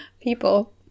People